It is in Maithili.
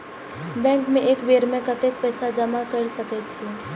बैंक में एक बेर में कतेक पैसा जमा कर सके छीये?